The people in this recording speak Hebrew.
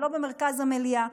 ולא במרכז המליאה.